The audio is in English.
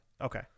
Okay